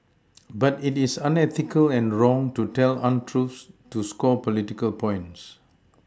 but it is unethical and wrong to tell untruths to score political points